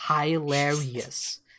hilarious